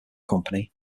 company